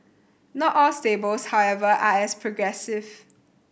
not all stables however are as progressive